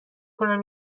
کنم